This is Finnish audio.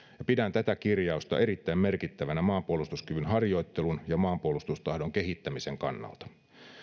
ampumiseen pidän tätä kirjausta erittäin merkittävänä maanpuolustuskyvyn harjoittelun ja maanpuolustustaidon kehittämisen kannalta